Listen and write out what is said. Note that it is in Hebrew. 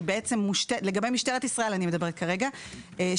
ואני מדברת כרגע לגבי משטרת ישראל,